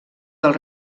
del